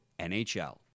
NHL